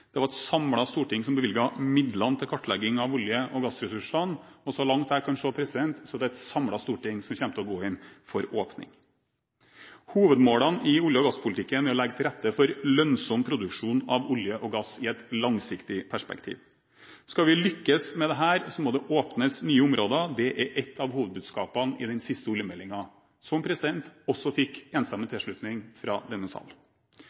Det var et samlet storting som bevilget midlene til kartlegging av olje- og gassressursene. Og så langt jeg kan se, er det et samlet storting som kommer til å gå inn for åpning. Hovedmålene i olje- og gasspolitikken er å legge til rette for lønnsom produksjon av olje og gass i et langsiktig perspektiv. Skal vi lykkes med dette, må det åpnes nye områder. Det er ett av hovedbudskapene i den siste oljemeldingen, som også fikk enstemmig tilslutning fra denne sal.